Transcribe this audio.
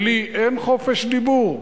לי אין חופש דיבור?